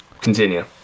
continue